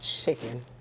Chicken